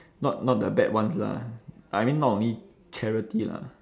not not the bad ones lah I mean not only charity lah